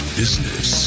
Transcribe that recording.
business